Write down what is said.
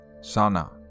Sana